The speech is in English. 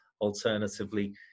Alternatively